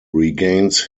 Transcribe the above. regains